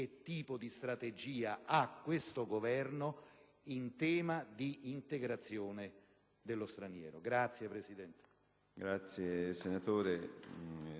tipo di strategia ha questo Governo in tema di integrazione dello straniero. *(Applausi